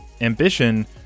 Ambition